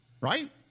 Right